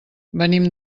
venim